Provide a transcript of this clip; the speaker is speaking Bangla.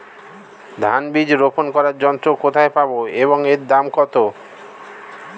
ধান বীজ রোপন করার যন্ত্র কোথায় পাব এবং এর দাম কত?